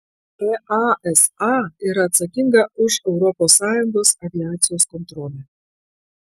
easa yra atsakinga už europos sąjungos aviacijos kontrolę